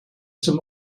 some